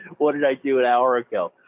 what did i do an hour ago?